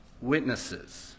witnesses